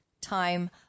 time